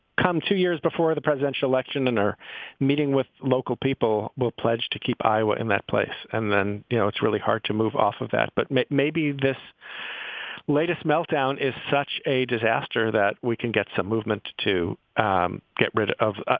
come two years before the presidential election and are meeting with local people will pledge to keep iowa in that place. and then, you know, it's really hard to move off of that. but maybe maybe this latest meltdown is such a disaster that we can get some movement to to um get rid of, ah